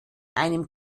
einem